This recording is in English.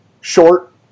short